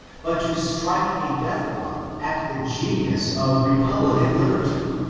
but to strike a death-blow at the genius of republican liberty,